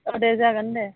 औ दे जागोन दे